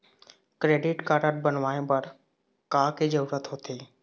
Credit card बनवाए बर का के जरूरत होते?